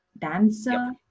dancer